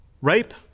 Rape